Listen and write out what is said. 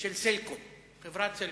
של חברת "סלקום".